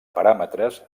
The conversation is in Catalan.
paràmetres